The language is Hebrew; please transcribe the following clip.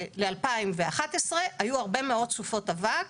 ל-2011 היו הרבה מאוד סופות אבק